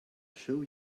show